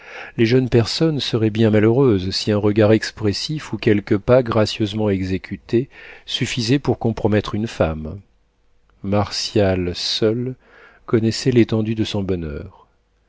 les jeunes personnes seraient bien malheureuses si un regard expressif ou quelques pas gracieusement exécutés suffisaient pour compromettre une femme martial seul connaissait l'étendue de son bonheur